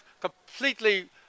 completely